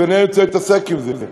ואני לא רוצה להתעסק בזה.